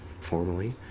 formally